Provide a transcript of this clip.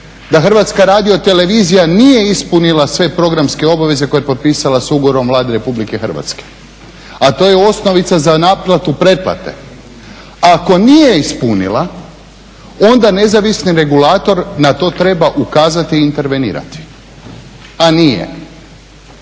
da Hrvatska radiotelevizija nije ispunila sve programske obaveze koje je potpisala sa ugovorom Vlade Republike Hrvatske, a to je osnovica za naplatu pretplate. Ako nije ispunila onda nezavisni regulator na to treba ukazati i intervenirati, a nije.